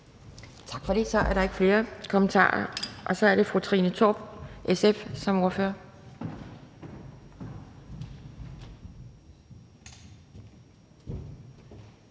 Tak for det. Så er der ikke flere kommentarer. Så er det fru Trine Torp, SF, som ordfører.